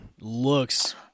Looks